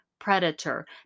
Predator